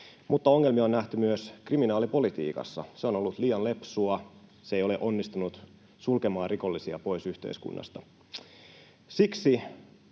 mutta ongelmia on nähty myös kriminaalipolitiikassa. Se on ollut liian lepsua, se ei ole onnistunut sulkemaan rikollisia pois yhteiskunnasta.